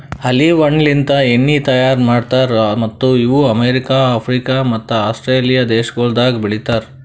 olive ಹಣ್ಣಲಿಂತ್ ಎಣ್ಣಿ ತೈಯಾರ್ ಮಾಡ್ತಾರ್ ಮತ್ತ್ ಇವು ಅಮೆರಿಕ, ಆಫ್ರಿಕ ಮತ್ತ ಆಸ್ಟ್ರೇಲಿಯಾ ದೇಶಗೊಳ್ದಾಗ್ ಬೆಳಿತಾರ್